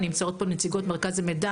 נמצאות כאן נציגות של מרכז המידע,